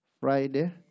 Friday